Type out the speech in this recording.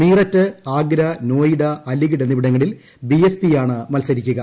മീററ്റ് ആഗ്ര നോയിഡ അലിഗഡ് എന്നിവിടങ്ങളിൽ B S പിയാണ് മത്സരിക്കുക